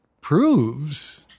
proves –